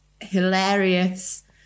hilarious